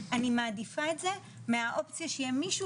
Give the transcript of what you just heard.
אני מעדיפה את זה מהאופציה שיהיה מישהו